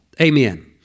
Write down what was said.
Amen